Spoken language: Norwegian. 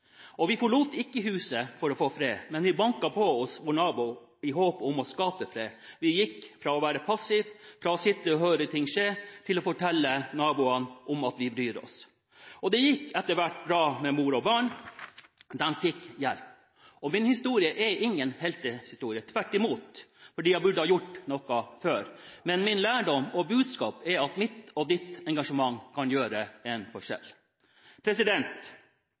Vi forlot ikke huset for å få fred, men vi banket på hos vår nabo i håp om å skape fred. Vi gikk fra å være passive – fra å sitte og høre ting skje – til å fortelle naboene om at vi bryr oss. Det gikk etter hvert bra med mor og barn; de fikk hjelp. Min historie er ingen heltehistorie, tvert imot, for jeg burde ha gjort noe før. Men min lærdom og mitt budskap er at mitt og ditt engasjement kan gjøre en forskjell.